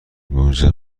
موزه